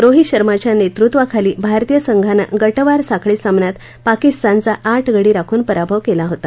रोहित शर्माच्या नेतृत्वाखाली भारतीय संघानं गटवार साखळी सामन्यात पाकिस्तानचा आठ गडी राखून पराभव केला होता